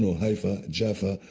haifa, jaffa,